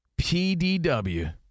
PDW